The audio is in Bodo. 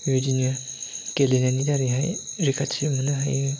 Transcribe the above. बेबायदिनो गेलेनायनि दारै रैखाथि मोननो हायो